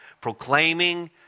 proclaiming